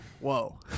whoa